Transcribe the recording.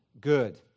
good